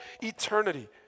eternity